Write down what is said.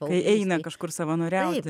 kai eina kažkur savanoriauti